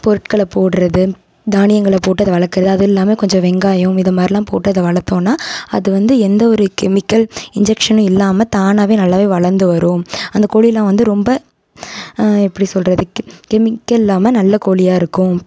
பொருட்களை போடுறது தானியங்களை போட்டு அதை வளர்க்குறது அது இல்லாமல் கொஞ்சம் வெங்காயம் இதை மாதிரிலாம் போட்டு அதை வளர்த்தோன்னா அது வந்து எந்த ஒரு கெமிக்கல் இன்ஜெக்ஷனும் இல்லாமல் தானாகவே நல்லாவே வளர்ந்து வரும் அந்த கோழிலாம் வந்து ரொம்ப எப்படி சொல்கிறது கெமிக்கல் இல்லாமல் நல்ல கோழியா இருக்கும்